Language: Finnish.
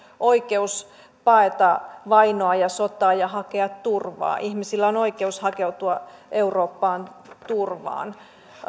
oikeus paeta vainoa ja sotaa ja hakea turvaa ihmisillä on oikeus hakeutua eurooppaan turvaan